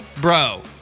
Bro